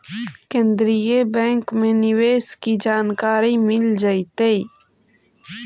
केन्द्रीय बैंक में निवेश की जानकारी मिल जतई